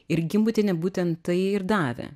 ir gimbutienė būtent tai ir davė